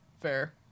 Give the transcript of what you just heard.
Fair